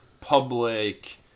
public